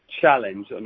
challenge